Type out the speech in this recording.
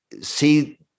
see